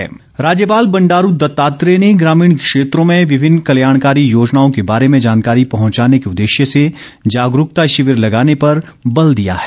राज्यपाल राज्यपाल बंडारू दत्तात्रेय ने ग्रामीण क्षेत्रों में विभिन्न कल्याणकारी योजनाओं के बारे में जानकारी पहुंचाने के उदेश्य से जागरूकता शिविर लगाने पर बल दिया है